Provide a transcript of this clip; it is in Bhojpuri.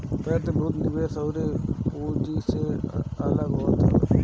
प्रतिभूति निवेश अउरी पूँजी से अलग होत हवे